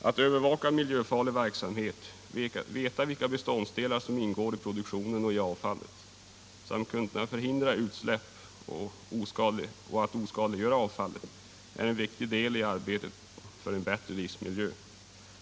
Att övervaka miljöfarlig verksamhet, att veta vilka beståndsdelar som ingår i produktionen och i avfallet samt att kunna förhindra utsläpp och oskadliggöra avfallet är en viktig del i arbetet för en bättre livsmiljö.